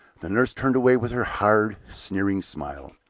the nurse turned away with her hard, sneering smile.